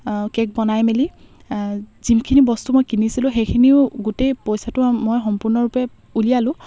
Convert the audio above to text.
cake বনাই মেলি যোনখিনি বস্তু মই কিনিছিলো সেইখিনিও গোটেই পইচাটো মই সম্পূৰ্ণৰূপে উলিয়ালোঁ